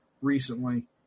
recently